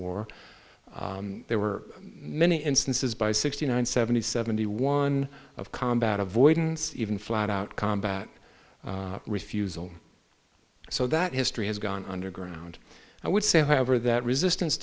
war there were many instances by sixty nine seventy seventy one of combat avoidance even flat out combat refusal so that history has on underground i would say however that resistance